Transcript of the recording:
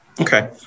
Okay